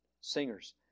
singers